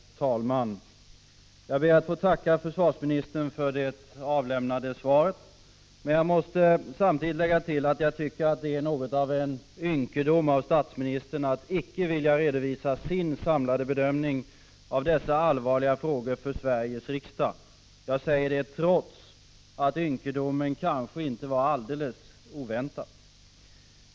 Herr talman! Jag ber att få tacka försvarsministern för det avlämnade svaret. Men samtidigt måste jag lägga till att jag tycker att det är något av en ynkedom att inte statsministern vill redovisa sin samlade bedömning av dessa allvarliga frågor för Sveriges riksdag. Denna ynkedom var dock kanske inte alldeles oväntad.